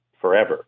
forever